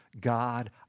God